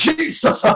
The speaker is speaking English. Jesus